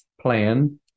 plan